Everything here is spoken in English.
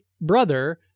brother